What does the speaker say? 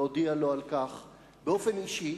להודיע לו על כך באופן אישי